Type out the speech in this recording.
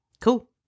Cool